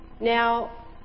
Now